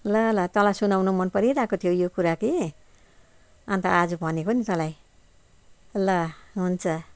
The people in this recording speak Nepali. ल ल तँलाई सुनाउँन मन परिरहेको थियो यो कुरा कि अन्त आज भनेको नि तँलाई ल हुन्छ